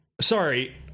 sorry